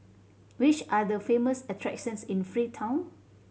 which are the famous attractions in Freetown